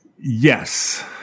Yes